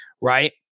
right